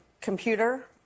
computer